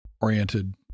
oriented